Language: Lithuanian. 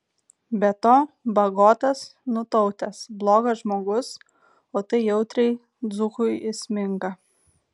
be to bagotas nutautęs blogas žmogus o tai jautriai dzūkui įsminga